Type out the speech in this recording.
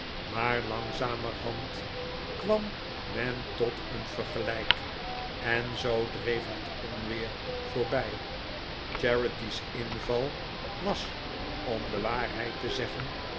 maar langzamerhand kwam men tot een vergelijk en zoo dreef het onweer voorbij charity's inval was om de waarheid te zeggen